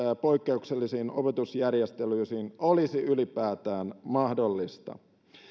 poikkeuksellisiin opetusjärjestelyihin olisi ylipäätään mahdollista